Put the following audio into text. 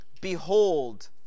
Behold